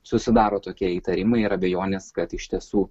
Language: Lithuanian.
susidaro tokie įtarimai ir abejonės kad iš tiesų